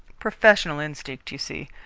professional instinct, you see.